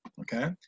okay